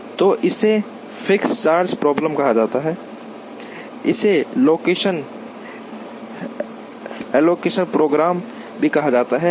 तो इसे fixed charge problem कहा जाता है इसे लोकेशन एलोकेशन प्रॉब्लम भी कहा जाता है